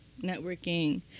networking